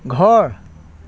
ঘৰ